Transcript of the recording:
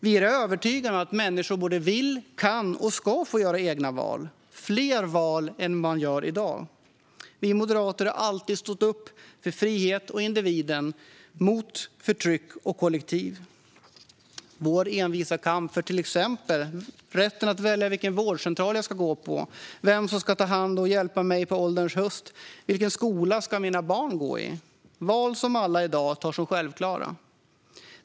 Vi är övertygade om att människor kan, vill och ska få göra egna val - fler val än de gör i dag. Vi moderater har alltid stått upp för frihet och individen mot förtryck och kollektiv. Vi har fört en envis kamp för rätten att välja till exempel vilken vårdcentral man ska gå till, vem som ska ta hand om och hjälpa en på ålderns höst och vilken skola ens barn ska gå i. Det är val som alla i dag tar för självklara.